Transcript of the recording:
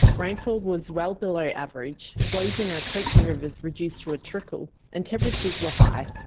rainfall was well below average, flows in our creeks and rivers reduced to a trickle, and temperatures were high.